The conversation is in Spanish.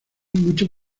muchos